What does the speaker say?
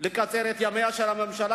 לקצר את ימיה של הממשלה,